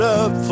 up